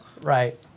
Right